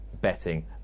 betting